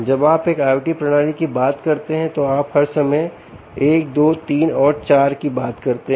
जब आप एक IoT प्रणाली की बात करते हैं तो आप हर समय 1 2 3 और 4 की बात करते हैं